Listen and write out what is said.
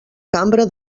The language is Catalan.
cambra